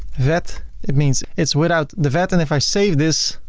that it means it's without the vat. and if i save this